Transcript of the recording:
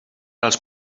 als